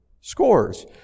scores